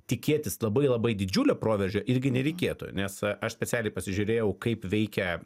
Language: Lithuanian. tikėtis labai labai didžiulio proveržio irgi nereikėtų nes aš specialiai pasižiūrėjau kaip veikia